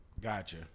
Gotcha